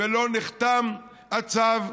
ולא נחתם הצו,